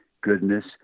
goodness